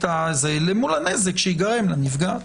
למול הנזק שייגרם לנפגעת.